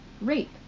rape